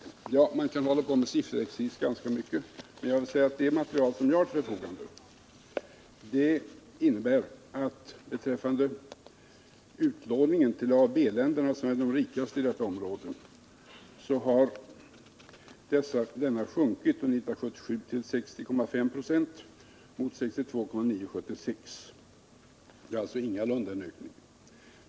Man kan naturligtvis uppehålla sig vid sifferexercis ganska länge, men jag vill säga att enligt det siffermaterial jag har till mitt förfogande har utlåningen till A och B länderna, som är de rikaste i detta område, under 1977 sjunkit till 60,5 96 från 62,9 år 1976 — det är alltså ingalunda fråga om en ökning.